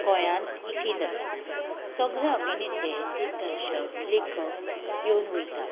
गोंयांत इफ्फी जाता सगळे अभिनेते दिग्दर्शक लेखक येवन वयतात